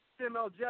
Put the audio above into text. MLJ